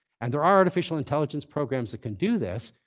and there are artificial intelligence programs that can do this.